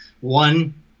One